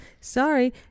sorry